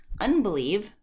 unbelieve